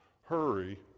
Hurry